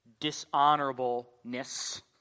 dishonorableness